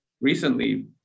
recently